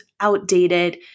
outdated